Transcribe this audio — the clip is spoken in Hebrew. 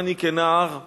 גם אני כנער עבדתי.